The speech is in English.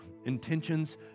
intentions